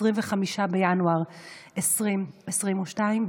25 בינואר 2022,